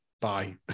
Bye